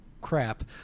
crap